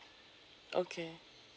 okay